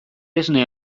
esne